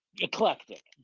eclectic